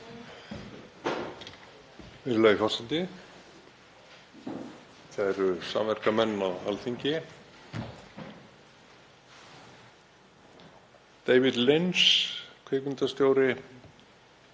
Kæru samverkamenn á Alþingi. David Lynch kvikmyndaleikstjóri